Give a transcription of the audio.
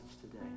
today